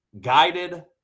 guided